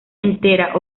entera